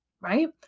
right